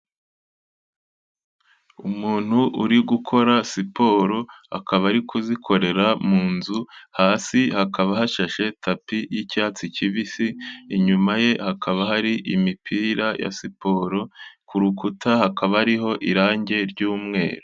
Umuntu uri gukora siporo, akaba ari kuzikorera mu nzu, hasi hakaba hashashe tapi y'icyatsi kibisi, inyuma ye hakaba hari imipira ya siporo, ku rukuta hakaba hariho irangi ry'umweru.